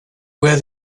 where